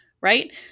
right